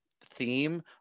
theme